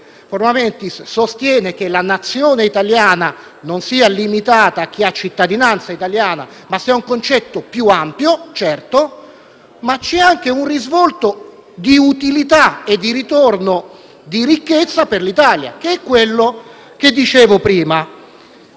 *forma mentis* sostiene che la Nazione italiana non sia limitata a chi ha la cittadinanza italiana, ma sia un concetto più ampio; c'è però anche un risvolto di utilità e di ritorno di ricchezza per l'Italia, che è quello che dicevo prima.